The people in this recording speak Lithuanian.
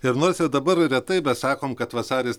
ir nors jau dabar retai bet sakom kad vasaris